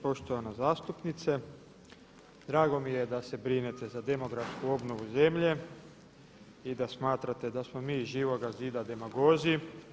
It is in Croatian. Poštovana zastupnice, drago mi je da se brinete za demografsku obnovu zemlje i da smatrate da smo mi iz Živoga zida demagozi.